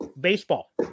baseball